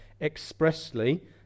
expressly